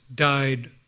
died